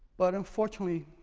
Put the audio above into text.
but unfortunately,